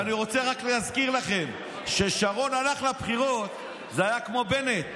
ואני רוצה רק להזכיר לכם שכששרון הלך לבחירות זה היה כמו בנט.